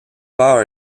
pas